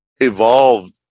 evolved